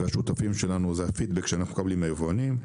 וזה הפידבק שאנחנו מקבלים מהיבואנים.